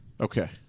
Okay